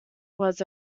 was